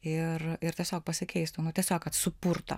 ir ir tiesiog pasikeistų tiesiog kad supurto